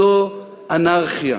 זו אנרכיה.